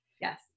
Yes